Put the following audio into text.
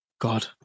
god